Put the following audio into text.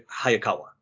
Hayakawa